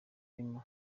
rema